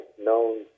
known